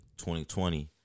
2020